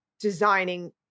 designing